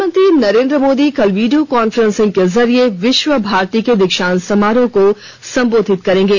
प्रधानमंत्री नरेंद्र मोदी कल video conferencing के जरिये विश्वभारती के दीक्षांत समारोह को संबोधित करेंगे